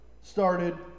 started